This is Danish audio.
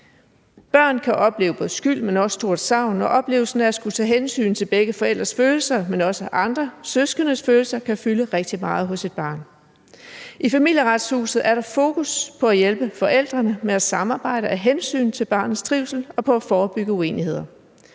Børn kan opleve skyld, men også store savn, og oplevelsen af at skulle tage hensyn til begge forældres følelser, men også andre søskendes følelser, kan fylde rigtig meget hos et barn. I Familieretshuset er der fokus på at hjælpe forældrene med at samarbejde af hensyn til barnets trivsel og på at forebygge uenigheder.